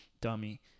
dummy